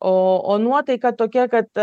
o o nuotaika tokia kad